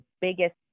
biggest